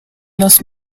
los